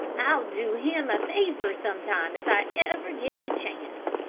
i'll do him a favor some time if i ever get the chance.